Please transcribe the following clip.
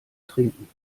trinken